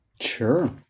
Sure